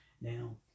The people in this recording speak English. Now